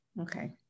Okay